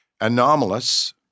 anomalous